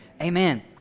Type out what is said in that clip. Amen